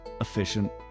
efficient